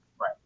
Right